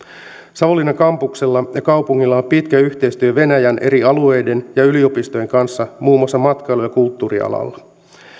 savonlinnan kampuksella ja kaupungilla on pitkä yhteistyö venäjän eri alueiden ja yliopistojen kanssa muun muassa matkailu ja kulttuurialalla